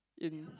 in